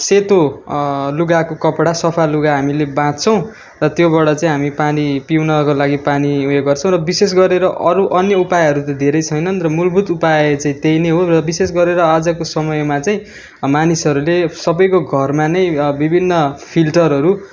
सेतो लुगाको कपडा सफा लुगा हामीले बाँध्छौँ र त्योबाट चाहिँ हामी पानी पिउनको लागि पानी उयो गर्छौँ र विशेष गरेर अरू अन्य उपायहरू त धेरै छैनन् र मूलभूत उपाय चाहिँ त्यही नै हो र विशेष गरेर आजको समयमा चाहिँ मानिसहरूले सबैको घरमा नै विभिन्न फिल्टरहरू